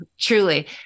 Truly